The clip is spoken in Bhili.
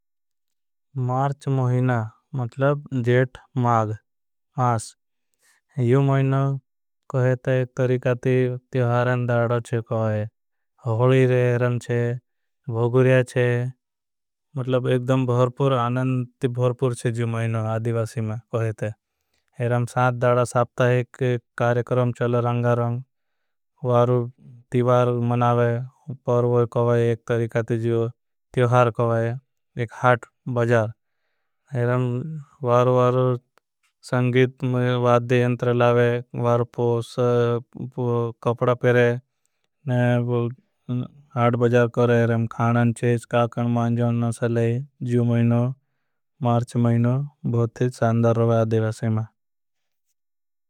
मार्च महीना मतलब जेठ माग मास मुहिना कोहेता। एक तरीकाते त्योहारन दाड़ा चे कोहाई रे रम चे भोगुर्या। चे मतलब एकदम भौरपूर आनंद ती भौरपूर चे जो मुहिना आदिवासी में कोहेते दाड़ा साप्ता एक कारेकरम चल। रंगा रंग वारु तीवार मनावे परवर कोई एक तरीकाते। जिओ त्योहार कोई एक हाट बजार वारु वारु संगीत वाद्धे। एंटरे लावे वारु पोस कपड़ा पेरे। आट बजार करे खानन चेज काकन। मांजानन सले जुम मुइनो मार्च मुइनो बहुती चानदर रवाई। आदिवासी में।